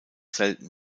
selten